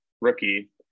rookie